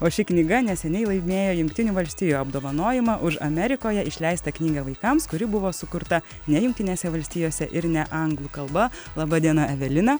o ši knyga neseniai laimėjo jungtinių valstijų apdovanojimą už amerikoje išleistą knygą vaikams kuri buvo sukurta ne jungtinėse valstijose ir ne anglų kalba laba diena evelina